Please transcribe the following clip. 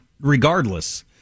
regardless